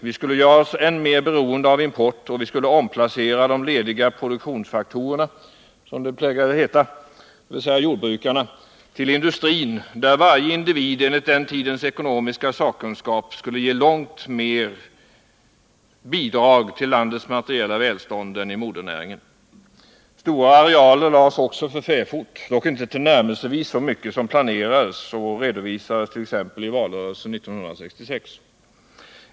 Vi skulle göra oss än mer beroende av import, och vi skulle omplacera de lediga produktionsfaktorerna, som det plägar heta, dvs. jordbrukarna, till industrin, där varje individ enligt den tidens sakkunskap på det ekonomiska området skulle ge långt mer bidrag till landets materiella välstånd än i modernäringen. Stora arealer lades också för fäfot — dock inte tillnärmelsevis så mycket som planerades och redovisades t.ex. i valrörelsen 1966.